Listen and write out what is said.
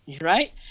right